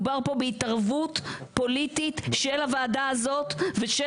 מדובר פה בהתערבות פוליטית של הוועדה הזאת ושל